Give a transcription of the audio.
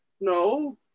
no